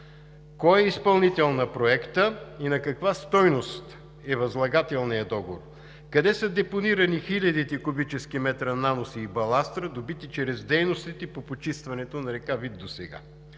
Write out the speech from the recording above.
Кой е изпълнител на проекта и на каква стойност е възлагателният договор? Къде са депонирани хилядите кубически метра наноси и баластра, добити чрез дейностите по почистването на река Вит досега?